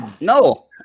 No